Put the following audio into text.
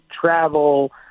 travel